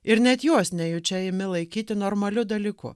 ir net juos nejučia imi laikyti normaliu dalyku